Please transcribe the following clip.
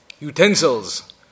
utensils